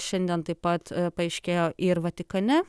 šiandien taip pat paaiškėjo ir vatikane